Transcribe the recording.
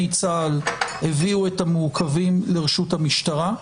צה"ל הביאו את המעוכבים לרשות המשטרה.